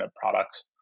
products